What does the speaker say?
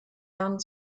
jahren